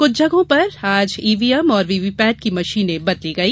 कुछ जगहों पर ईवीएम और वीवीपेट की मशीने बदली गई